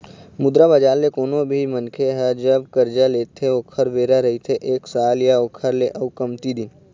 मुद्रा बजार ले कोनो भी मनखे ह जब करजा लेथे ओखर बेरा रहिथे एक साल या ओखर ले अउ कमती दिन